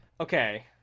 okay